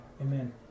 Amen